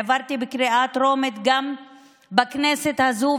העברתי בקריאה טרומית גם בכנסת הזאת,